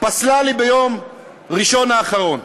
פסלה לי ביום ראשון האחרון.